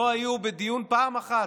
לא היו בדיון פעם אחת.